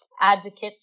advocates